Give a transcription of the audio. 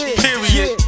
period